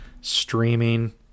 streaming